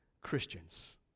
Christians